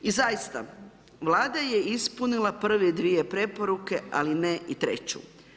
I zaista, Vlada je ispunila prve dvije preporuke ali ne i treću.